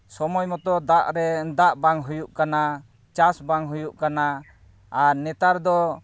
ᱥᱚᱢᱚᱭ ᱢᱚᱛᱚ ᱫᱟᱜ ᱨᱮᱱ ᱫᱟᱜ ᱵᱟᱝ ᱦᱩᱭᱩᱜ ᱠᱟᱱᱟ ᱪᱟᱥ ᱵᱟᱝ ᱦᱩᱭᱩᱜ ᱠᱟᱱᱟ ᱟᱨ ᱱᱮᱛᱟᱨ ᱫᱚ